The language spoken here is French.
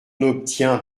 n’obtient